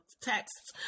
texts